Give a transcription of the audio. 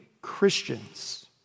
Christians